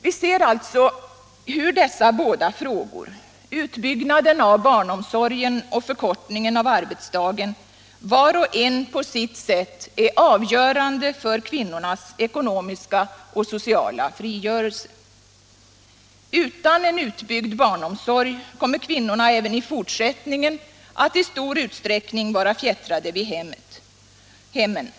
Vi ser alltså hur dessa båda frågor — utbyggnaden av barnomsorgen och förkortningen av arbetsdagen — var och en på sitt sätt är avgörande för kvinnornas ekonomiska och sociala frigörelse. Utan en utbyggd barnomsorg kommer kvinnorna även i fortsättningen att i stor utsträckning vara fjättrade vid hemmen.